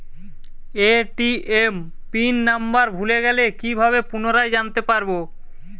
ATM pin number ভুলে গেলে কি ভাবে পুনরায় জানতে পারবো?